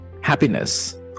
happiness